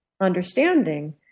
understanding